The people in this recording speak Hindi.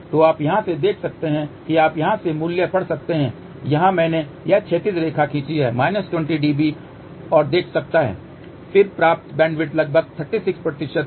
तो आप यहां से देख सकते हैं कि आप यहां से मूल्य पढ़ सकते हैं यहां मैंने यह क्षैतिज रेखा खींची है 20 डीबी और देख सकता है कि प्राप्त बैंडविड्थ लगभग 36 है